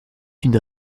une